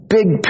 Big